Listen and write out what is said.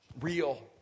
real